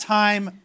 time